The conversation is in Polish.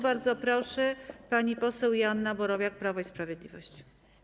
Bardzo proszę, pani poseł Joanna Borowiak, Prawo i Sprawiedliwość.